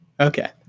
Okay